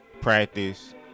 Practice